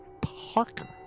Parker